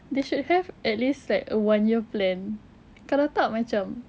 they should have at least like a one year plan kalau tak macam